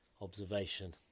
observation